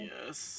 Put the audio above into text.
Yes